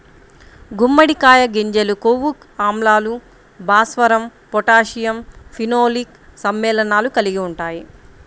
గుమ్మడికాయ గింజలు కొవ్వు ఆమ్లాలు, భాస్వరం, పొటాషియం, ఫినోలిక్ సమ్మేళనాలు కలిగి ఉంటాయి